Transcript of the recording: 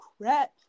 crap